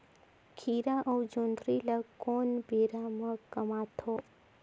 खीरा अउ जोंदरी ल कोन बेरा म कमाथे?